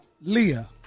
Leah